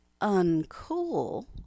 uncool